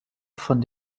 von